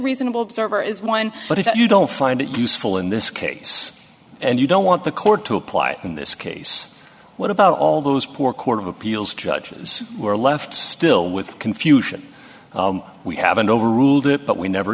reasonable observer is one but if you don't find it useful in this case and you don't want the court to apply in this case what about all those poor court of appeals judges were left still with confusion we haven't overruled it but we never